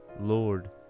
Lord